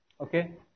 Okay